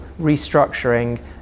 restructuring